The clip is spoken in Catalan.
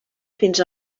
fins